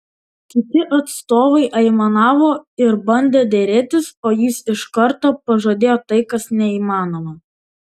kiti atstovai aimanavo ir bandė derėtis o jis iš karto pažadėjo tai kas neįmanoma